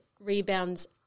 rebounds